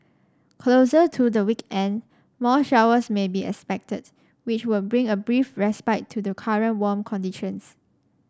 closer to the weekend more showers may be expected which would bring a brief respite to the current warm conditions